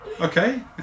Okay